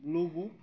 blue book